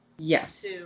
Yes